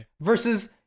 versus